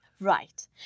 Right